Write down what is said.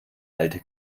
alte